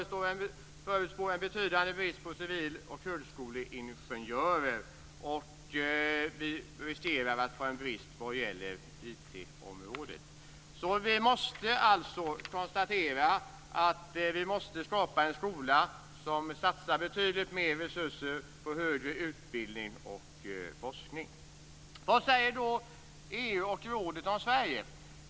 SCB förutspår en betydande brist på civil och högskoleingenjörer, och vi riskerar att få en brist på IT-området. Vi kan alltså konstatera att vi måste skapa en skola som satsar betydligt mer resurser på högre utbildning och forskning. Vad säger då EU och rådet?